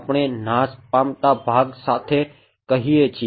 આપણે નાશ પામતા ભાગ સાથે કહીએ છીએ